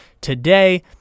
today